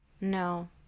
no